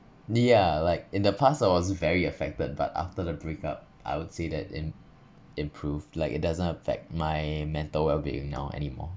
ya like in the past I was very affected but after the break up I would say that im~ improved like it doesn't affect my mental well being now anymore